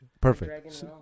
perfect